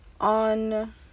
on